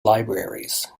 libraries